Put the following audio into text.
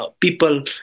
people